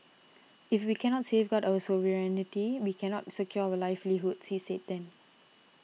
if we cannot safeguard our sovereignty we cannot secure our livelihoods he said then